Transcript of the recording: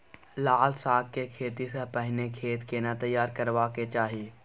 लाल साग के खेती स पहिले खेत केना तैयार करबा के चाही?